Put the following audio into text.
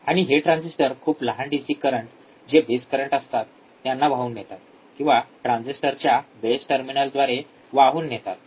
आणि हे ट्रान्झिस्टर्स खूप लहान डीसी करंट जे बेस करंट असतात त्यांना वाहून नेतात किंवा ट्रांजिस्टरच्या बेस टर्मिनलद्वारे वाहून नेतात